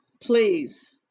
Please